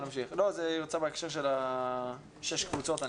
אני מניח שהיא רוצה להתייחס בהקשר של שש הקבוצות.